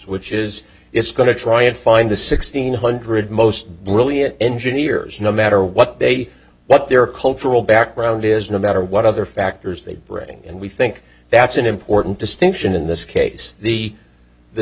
which is it's going to try and find the sixteen hundred most brilliant engineers no matter what they what their cultural background is no matter what other factors they bring and we think that's an important distinction in this case the the